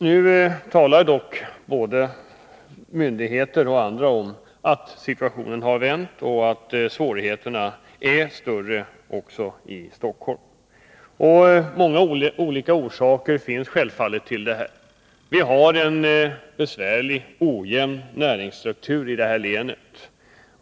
Nu talar dock både myndigheter och andra om att situationen är en annan och att svårigheterna är större också i Stockholm. Det finns självfallet många olika orsaker till det. Vi har en besvärlig och ojämn näringsstruktur här i länet.